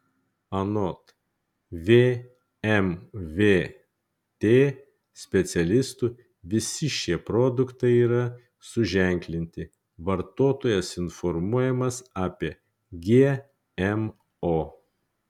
anot vmvt specialistų visi šie produktai yra suženklinti vartotojas informuojamas apie gmo